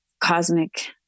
cosmic